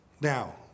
Now